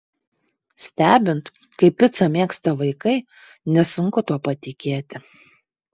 stebint kaip picą mėgsta vaikai nesunku tuo patikėti